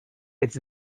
its